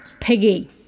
piggy